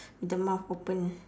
the mouth open